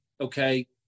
okay